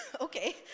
okay